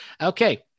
Okay